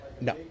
No